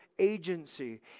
Agency